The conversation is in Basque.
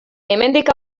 hemendik